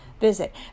visit